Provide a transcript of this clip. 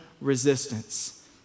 resistance